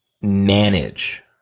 manage